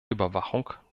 überwachung